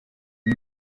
ane